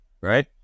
right